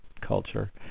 culture